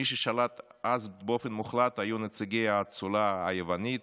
מי ששלט אז באופן מוחלט היו נציגי האצולה היוונית,